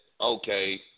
okay